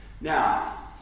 Now